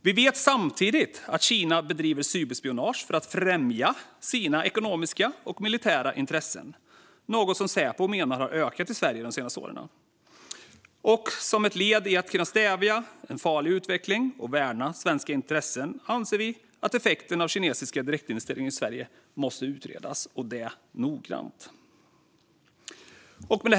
Vi vet samtidigt att Kina bedriver cyberspionage för att främja sina ekonomiska och militära intressen, något som Säpo menar har ökat i Sverige de senaste åren. Som ett led i att kunna stävja en farlig utveckling och värna svenska intressen anser vi att effekten av kinesiska direktinvesteringar i Sverige måste utredas noggrant.